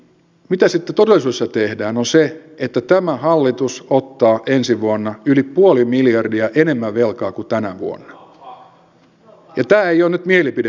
mitä sitten todellisuudessa tehdään on se että tämä hallitus ottaa ensi vuonna yli puoli miljardia enemmän velkaa kuin tänä vuonna